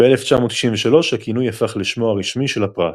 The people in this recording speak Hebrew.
ב-1993 הכינוי הפך לשמו הרשמי של הפרס.